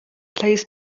place